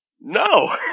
No